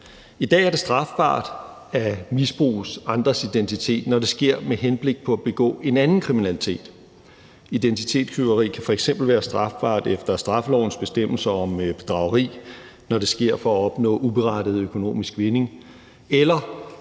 I dag er det strafbart at misbruge en andens identitet, når det sker med henblik på at begå en anden kriminalitet. Identitetstyveri kan f.eks. være strafbart efter straffelovens bestemmelser om bedrageri, når det sker for at opnå uberettiget økonomisk vinding, eller